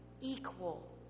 equal